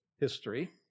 history